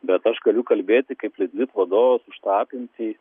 bet aš galiu kalbėti kaip litgrid vadovas už tą apimtį